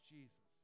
Jesus